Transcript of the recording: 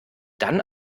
dann